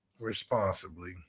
Responsibly